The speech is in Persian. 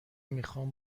میخوام